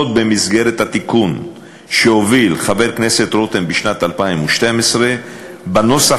במסגרת התיקון שהוביל חבר הכנסת רותם בשנת 2012. בנוסח